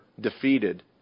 defeated